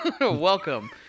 Welcome